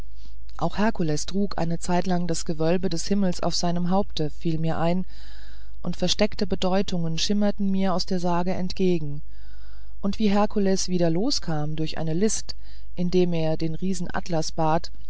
auch herkules trug eine zeitlang das gewölbe des himmels auf seinem haupte fiel mir ein und versteckte bedeutung schimmerte mir aus der sage entgegen und wie herkules wieder loskam durch eine list indem er den riesen atlas bat